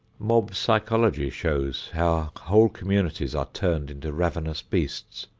mob psychology shows how whole communities are turned into ravenous beasts,